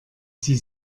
sie